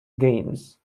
games